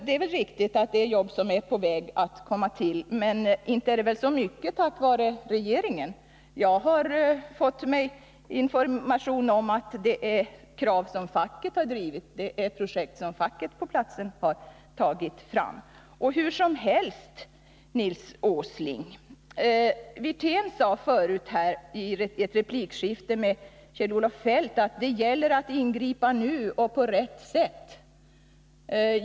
Det är riktigt att det är jobb som är på väg att komma, men inte är det väl så mycket tack vare regeringen. Jag har fått information om att det är krav som facket har drivit, att det är projekt som facket på platsen har tagit fram. Och hur som helst, Nils Åsling, så sade Rolf Wirtén här tidigare i ett replikskifte med Kjell-Olof Feldt att det gäller att ingripa nu och på rätt sätt.